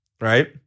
right